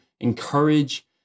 encourage